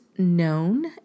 Known